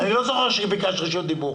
אני לא זוכר שביקשת רשות דיבור.